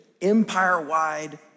empire-wide